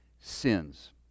sins